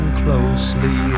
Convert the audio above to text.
closely